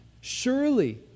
Surely